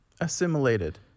assimilated